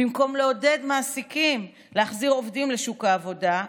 במקום לעודד מעסיקים להחזיר עובדים לשוק העבודה,